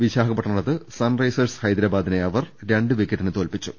വിശാഖപ്പട്ടണത്ത് Sunrisers ഹൈദ രാബാദിനെ അവർ രണ്ട് വിക്കറ്റിന് തോൽപ്പിച്ചു